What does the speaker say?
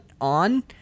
on